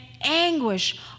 anguish